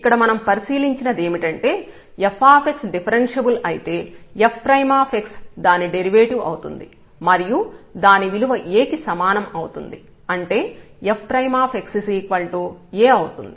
ఇక్కడ మనం పరిశీలించినదేమిటంటే f డిఫరెన్ష్యబుల్ అయితే fx దాని డెరివేటివ్ అవుతుంది మరియు దాని విలువ A కి సమానం అవుతుంది అంటే fx A అవుతుంది